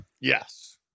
Yes